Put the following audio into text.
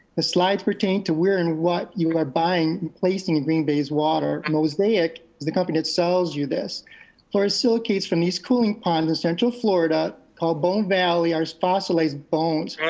the slides pertain to where and what you are buying placing a green bay's water. mosaic is the company that sells you this fluoride silicates from this cooling ponds in central florida called bone valley, ours fossilized bones.